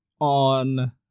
on